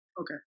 Okay